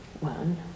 one